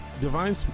divine